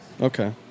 Okay